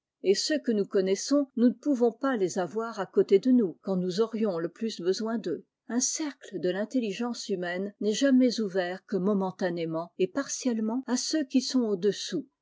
et ceux que nous connaissons nous ne pouvons pas les avoir à côté de nous quand nous aurions le plus besoin d'eux un cercle de l'intelligence humaine n'est jamais ouvert que momentanément et partiellement à ceux qui sont au-dessous